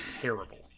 terrible